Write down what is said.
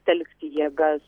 telkti jėgas